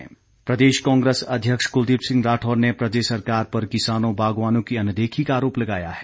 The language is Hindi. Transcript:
कुलदीप राढौर प्रदेश कांग्रेस अध्यक्ष कुलदीप सिंह राठौर ने प्रदेश सरकार पर किसानों बागवानों की अनदेखी का आरोप लगाया है